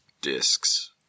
discs